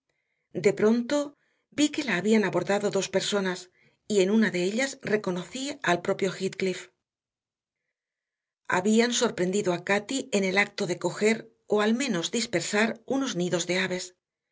de pronto vi que la habían abordado dos personas y en una de ellas reconocí al propio heathcliff habían sorprendido a cati en el acto de coger o al menos dispersar unos nidos de aves